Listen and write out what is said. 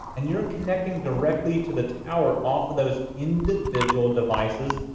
and you're connecting directly to the tower off of those individual devices.